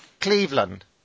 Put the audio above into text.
Cleveland